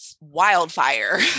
wildfire